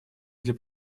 для